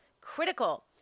critical